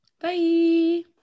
Bye